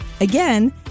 Again